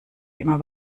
immer